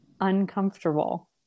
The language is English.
uncomfortable